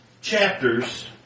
chapters